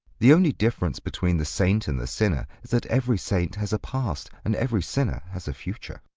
the only difference between the saint and the sinner is that every saint has a past, and every sinner has a future.